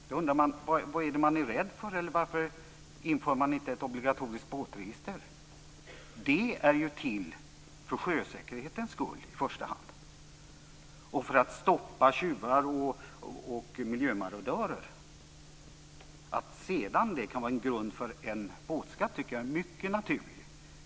Då undrar man vad det är man är rädd för. Det är ju till för sjösäkerheten i första hand och för att stoppa tjuvar och miljömarodörer. Att det sedan kan vara grund för en båtskatt tycker jag är mycket naturligt.